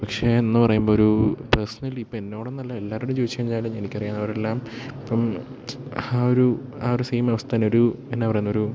പക്ഷേ എന്ന് പറയുമ്പൊരു പേസ്ണലി ഇപ്പം എന്നോടെന്നല്ല എല്ലാരോടും ചോദിച്ച് കഴിഞ്ഞാലും എനിക്കറിയാം അവരെല്ലാം ഇപ്പം ആ ഒരു ആ ഒര് സെയിം അവസ്ഥ എന്നൊരു എന്നാ പറയ്ന്നൊരു